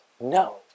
No